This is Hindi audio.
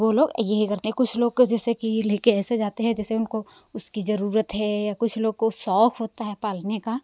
वो लोग यही करते हैं कुछ लोग तो जैसे कि ले के ऐसे जाते हैं कि उनको उसकी जरूरत है या कुछ लोग को शौक होता है पालने का